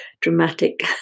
dramatic